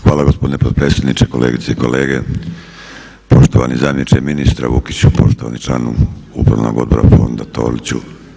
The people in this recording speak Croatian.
Hvala gospodine potpredsjedniče, kolegice i kolege, poštovani zamjeniče ministra Vukiću, poštovani članu Upravnog odbora Fonda Toliću.